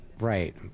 Right